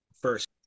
first